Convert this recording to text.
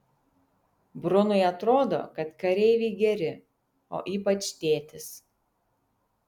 brunui atrodo kad kareiviai geri o ypač tėtis